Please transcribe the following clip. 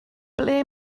ble